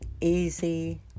easy